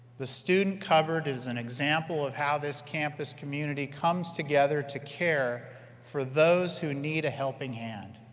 the student cupboard is an example of how this campus community comes together to care for those who need a helping hand.